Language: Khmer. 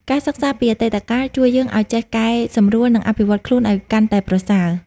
ការសិក្សាពីអតីតកាលជួយយើងឱ្យចេះកែសម្រួល និងអភិវឌ្ឍន៍ខ្លួនឱ្យកាន់តែប្រសើរ។